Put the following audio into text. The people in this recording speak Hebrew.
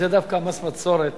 דווקא מס הבצורת